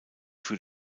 für